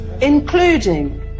including